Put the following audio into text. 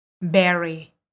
Berry